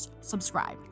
subscribe